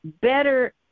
better